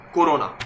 Corona